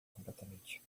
completamente